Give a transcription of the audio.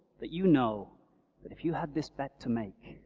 that you know, that if you had this bet to make,